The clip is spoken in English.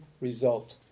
result